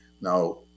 Now